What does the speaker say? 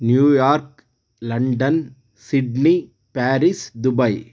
New York London Sydney Paris Dubai